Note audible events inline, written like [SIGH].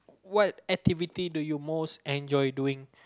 what activity do you most enjoy doing [BREATH]